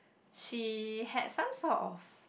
she had some sort of